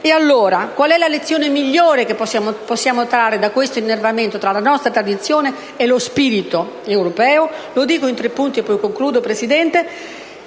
famiglie. Qual è la lezione migliore che possiamo trarre da questo innervamento tra la nostra tradizione e lo spirito europeo? Lo dico in tre punti. La nostra lezione